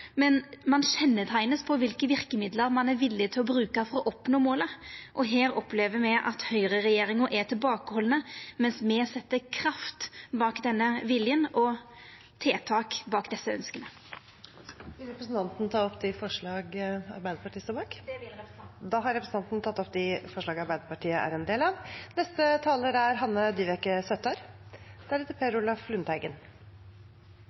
å oppnå målet, og her opplever me at høgreregjeringa er tilbakehalden, mens me set kraft bak denne viljen og tiltak bak desse ønska. Vil representanten ta opp de forslagene Arbeiderpartiet står bak? Det vil representanten. Da har representanten Hadia Tajik tatt opp de forslagene der Arbeiderpartiet er medforslagsstiller. Arbeid, det å ha en jobb å gå til, er